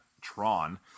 Tron